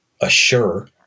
assure